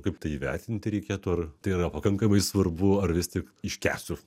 kaip tai įvertinti reikėtų ar tai yra pakankamai svarbu ar vis tik iškęsiu